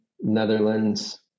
Netherlands